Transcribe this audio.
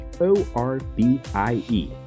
O-R-B-I-E